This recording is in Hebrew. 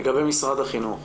לגבי משרד החינוך.